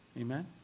Amen